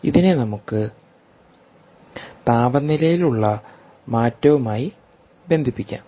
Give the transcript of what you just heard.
ഇതിനെ നമുക്ക് താപനിലയിലുള്ള മാറ്റവുമായി ബന്ധിപ്പിക്കാം